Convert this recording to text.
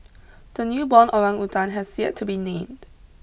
the newborn orangutan has yet to be named